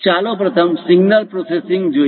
ચાલો પ્રથમ signal processing જોઈએ